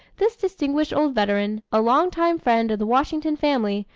this distinguished old veteran, a long-time friend of the washington family,